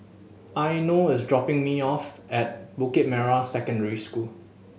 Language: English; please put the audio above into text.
Eino is dropping me off at Bukit Merah Secondary School